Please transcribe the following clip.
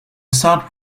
salt